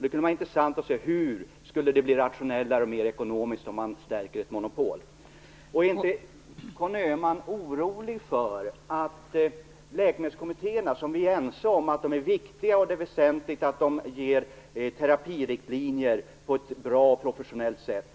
Det kunde vara intressant att få höra hur det skulle bli rationellare och mer ekonomiskt, om man stärker ett monopol. Vi är överens om att läkemedelskommittéerna är viktiga och att det är väsentligt att de ger terapiriktlinjer på ett bra och professionellt sätt.